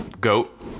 Goat